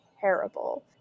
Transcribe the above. terrible